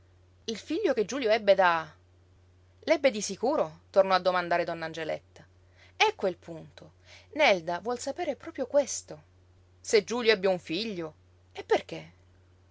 il figlio che giulio ebbe da l'ebbe di sicuro tornò a domandare donna angeletta ecco il punto nelda vuol sapere proprio questo se giulio ebbe un figlio e perché